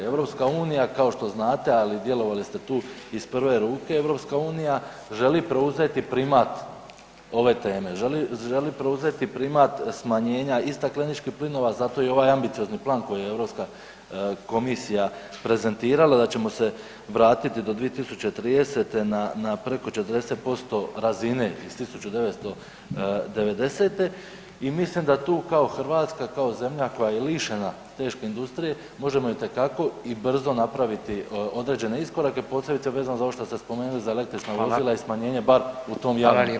EU kao što znate, ali djelovali ste tu iz prve ruke, EU želi preuzeti primat ove teme, želi preuzet i primat smanjenja i stakleničkih plinova, zato je i ovaj ambiciozni plan koji je Europska komisija prezentirala da ćemo se vratiti do 2030. na, na preko 40% razine iz 1990. i mislim da tu kao Hrvatska, kao zemlja koja je lišena teške industrije, možemo itekako i brzo napraviti određene iskorake, posebice vezano za ovo što ste spomenuli za električna vozila i smanjenje bar u tom javnom prijevozu.